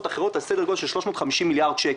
אחרות על סדר גודל של 350 מיליארד שקל.